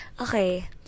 Okay